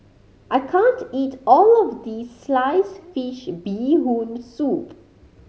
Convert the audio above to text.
I can't eat all of this sliced fish Bee Hoon Soup